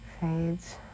Fades